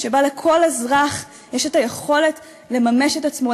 שבה לכל אזרח יש את היכולת לממש את עצמו,